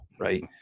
right